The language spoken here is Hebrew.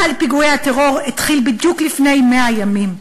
גל פיגועי הטרור התחיל בדיוק לפני 100 ימים.